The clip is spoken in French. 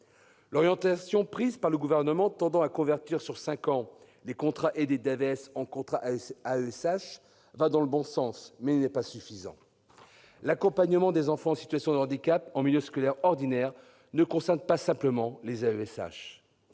L'orientation prise par le Gouvernement et tendant à convertir, sur cinq ans, les contrats aidés d'AVS en contrats d'AESH, va dans le bon sens, mais n'est pas suffisante. L'accompagnement des enfants en situation de handicap en milieu scolaire ordinaire ne concerne pas seulement les AESH.